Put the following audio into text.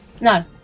No